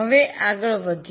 હવે આગળ વધીએ